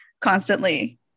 constantly